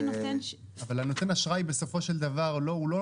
אבל נותן האשראי בסופו של דבר הוא לא